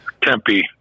Tempe